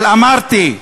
אבל אמרתי,